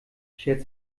schert